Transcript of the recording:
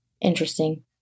interesting